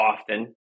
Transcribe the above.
often